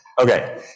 Okay